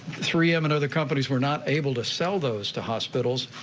three m and other companies were not able to sell those to hospitals,